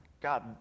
God